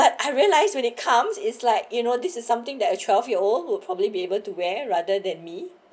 I realise when it comes is like you know this is something that a twelve year old would probably be able to wear rather than me